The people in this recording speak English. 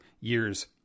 years